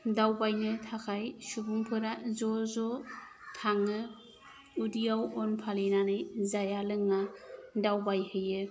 दावबायनो थाखाय सुबुंफोरा ज' ज' थाङो उदैयाव अन फालिनानै जाया लोङा दावबायहैयो